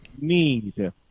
need